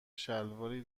شلواری